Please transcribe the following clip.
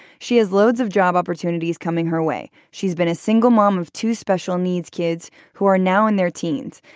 she has loads of job opportunities coming her way. she's been a single mom of two special needs kids who are now in their teens.